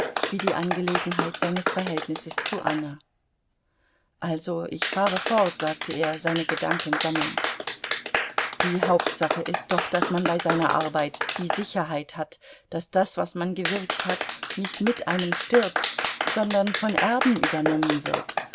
wie die angelegenheit seines verhältnisses zu anna also ich fahre fort sagte er seine gedanken sammelnd die hauptsache ist doch daß man bei seiner arbeit die sicherheit hat daß das was man gewirkt hat nicht mit einem stirbt sondern von erben übernommen wird